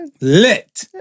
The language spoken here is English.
Lit